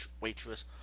waitress